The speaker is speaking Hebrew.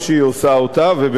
ואדוני היושב-ראש,